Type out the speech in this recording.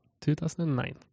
2009